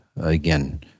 Again